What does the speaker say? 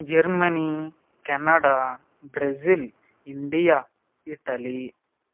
Germany Canada Brazil India Italy